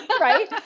Right